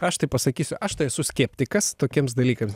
aš tai pasakysiu aš esu skeptikas tokiems dalykams